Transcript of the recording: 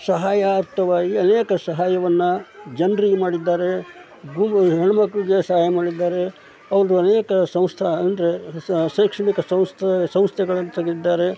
ಸಹಾಯಾರ್ಥವಾಗಿ ಅನೇಕ ಸಹಾಯವನ್ನು ಜನ್ರಿಗೆ ಮಾಡಿದ್ದಾರೆ ಭೂಮಿ ಹೆಣ್ಣುಮಕ್ಳಿಗೆ ಸಹಾಯ ಮಾಡಿದ್ದಾರೆ ಅವ್ರದ್ದು ಅನೇಕ ಸಂಸ್ಥೆ ಅಂದರೆ ಶೈಕ್ಷಣಿಕ ಸಂಸ್ಥೆಗಳನ್ನು ತೆಗೆದಿದ್ದಾರೆ